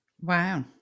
Wow